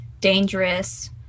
dangerous